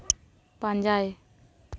ᱯᱟᱸᱡᱟᱭ